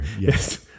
yes